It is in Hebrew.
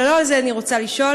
אבל לא על זה אני רוצה לשאול.